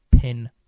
pin